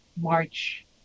March